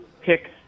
pick